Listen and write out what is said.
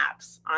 apps